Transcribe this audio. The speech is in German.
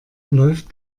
läuft